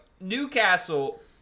Newcastle